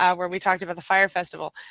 ah where we talked about the fire festival.